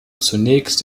zunächst